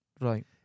Right